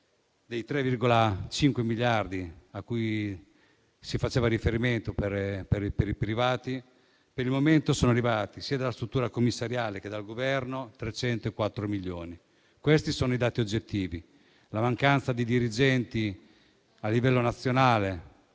dei 3,5 miliardi cui si faceva riferimento, per il momento sono arrivati, sia dalla struttura commissariale che dal Governo, 304 milioni. Questi sono i dati oggettivi. La mancanza di dirigenti a livello nazionale